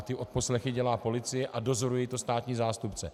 Ty odposlechy dělá policie a dozoruje to státní zástupce.